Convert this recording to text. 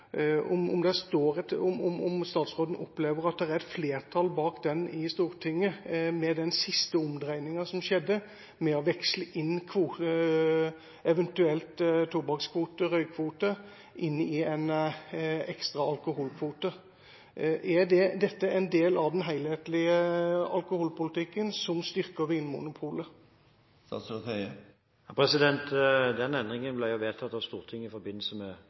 om statsråden opplever at det er et flertall bak den helhetlige alkoholpolitikken i Stortinget, med den siste omdreininga som skjedde, med eventuelt å veksle tobakkskvoten, røykkvoten, med en ekstra alkoholkvote. Er dette en del av den helhetlige alkoholpolitikken som styrker Vinmonopolet? Den endringen ble vedtatt av Stortinget i forbindelse med